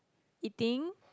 eating